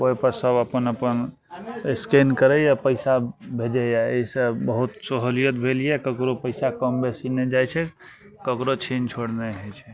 ओहिपर सभ अपन अपन स्कैन करै यऽ पइसा भेजै यऽ एहिसे बहुत सहूलिअत भेल यऽ ककरो पइसा कम बेसी नहि जाइ छै ककरो छीनि छोड़ि नहि होइ छै